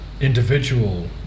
individual